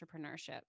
entrepreneurship